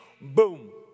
Boom